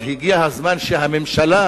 אבל הגיע הזמן שהממשלה,